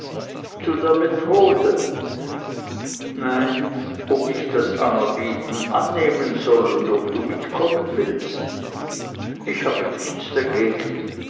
methode nein ob ich das anerbieten annehmen soll und ob du mitkommen willst ich habe nichts dagegen